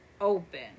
open